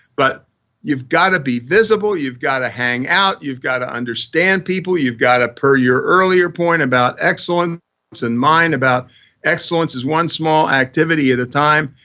but you've got to be visible. you've got to hangout. you've got to understand people. you've got to, per your earlier point about excellence in and mind about excellence is one small activity at a time.